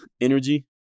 energy